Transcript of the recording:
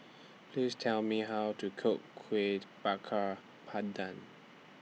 Please Tell Me How to Cook Kueh Bakar Pandan